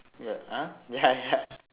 ya uh ya ya